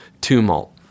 tumult